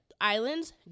islands